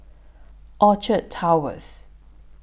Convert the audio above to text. Orchard Towers